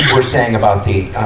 were saying about the,